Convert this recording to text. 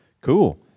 Cool